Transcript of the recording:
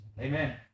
Amen